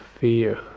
fear